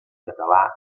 català